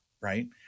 right